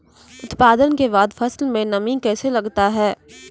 उत्पादन के बाद फसल मे नमी कैसे लगता हैं?